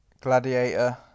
Gladiator